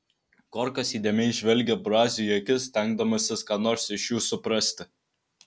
korkas įdėmiai žvelgė braziui į akis stengdamasis ką nors iš jų suprasti